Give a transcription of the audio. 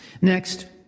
Next